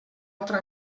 altra